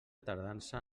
tardança